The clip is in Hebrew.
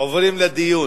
עוברים לדיון.